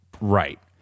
Right